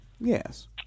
Yes